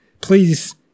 Please